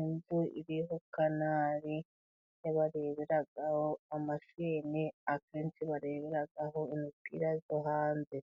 Inzu iriho kanari abantu bareberaho amashene, akenshi bareberaho imipira yo hanze,